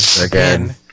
again